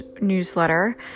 newsletter